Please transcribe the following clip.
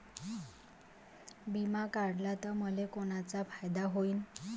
बिमा काढला त मले कोनचा फायदा होईन?